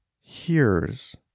hears